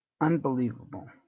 unbelievable